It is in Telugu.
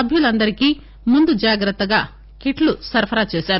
సభ్యులందరికీ ముందు జాగ్రత్తగా కిట్లు సరఫరా చేశారు